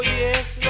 yes